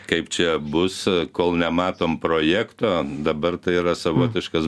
kaip čia bus kol nematom projekto dabar tai yra savotiškas